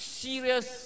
serious